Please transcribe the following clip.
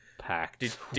packed